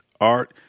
art